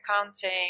accounting